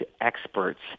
experts